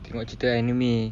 tengok cerita anime